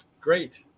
great